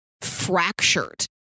fractured